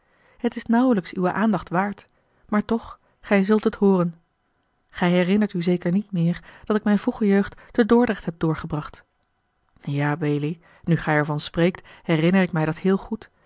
het is nauwelijks uwe aandacht waard maar toch gij zult het hooren gij herinnert u zeker niet meer dat ik mijne vroege jeugd te dordrecht hebt doorgebracht ja belie nu gij er van spreekt herinner ik mij dat heel goed